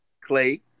Clay